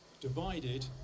Divided